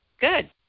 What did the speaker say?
good